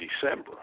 December